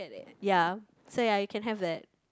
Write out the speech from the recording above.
ya so ya you can have that